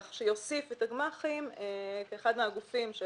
כך שיוסיף את הגמ"חים כאחד מהגופים שאחד